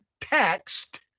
text